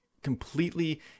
completely